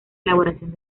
elaboración